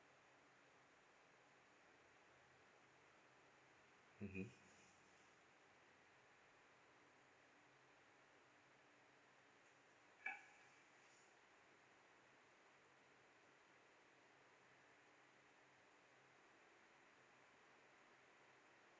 mmhmm